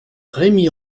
rémy